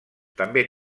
també